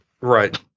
Right